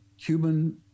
Cuban